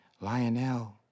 Lionel